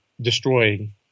destroying